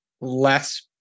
less